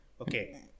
Okay